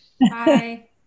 Bye